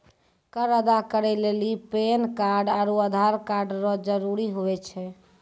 कर अदा करै लेली पैन कार्ड आरू आधार कार्ड रो जरूत हुवै छै